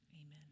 amen